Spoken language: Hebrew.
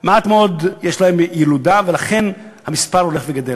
מעט מאוד ילודה יש אצלם, ולכן המספר הולך וגדל.